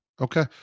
Okay